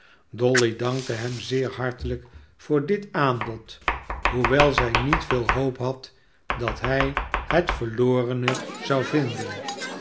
dolly dankte hem zeer hartelijk voor dit aanbod hoewel zij niet veel hoop had dat hij het verlorene zou vinden